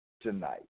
tonight